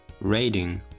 rating